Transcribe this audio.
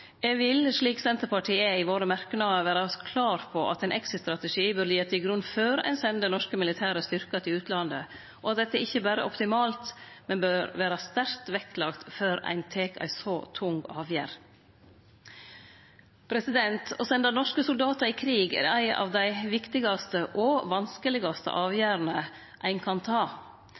Eg vil vere – slik som Senterpartiet er i sine merknader – klar på at ein exit-strategi bør liggje til grunn før ein sender norske militære styrker til utlandet, og at dette ikkje berre er optimalt, men òg bør vere sterkt vektlagt før ein tek ei så tung avgjerd. Å sende norske soldatar i krig er ei av dei viktigaste og vanskelegaste avgjerdene ein kan ta,